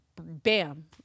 Bam